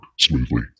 smoothly